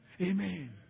Amen